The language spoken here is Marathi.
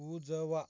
उजवा